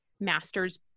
master's